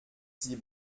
sie